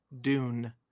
dune